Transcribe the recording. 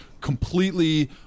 completely